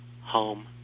home